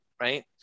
right